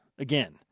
Again